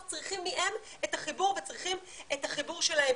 צריכים מהם את החיבור וצריכים את החיבור שלהם.